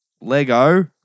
Lego